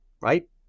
right